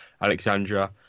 Alexandra